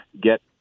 get